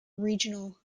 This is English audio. regional